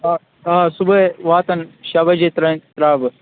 آ آ صُبحٲے واتَن شےٚ بجے تام ترٛاوٕ بہٕ